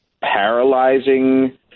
paralyzing